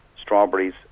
strawberries